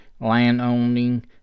land-owning